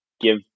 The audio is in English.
give